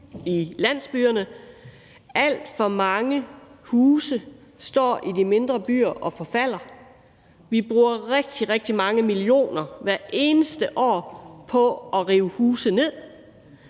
i landsbyerne. Alt for mange huse i de mindre byer står og forfalder. Vi bruger rigtig, rigtig mange millioner kroner hvert eneste år på at rive huse ned,